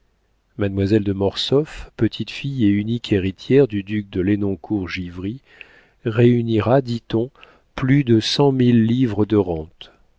mademoiselle de mortsauf petite-fille et unique héritière du duc de lenoncourt givry réunira dit-on plus de cent mille livres de rente